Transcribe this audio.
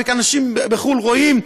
ואנשים בחו"ל רואים,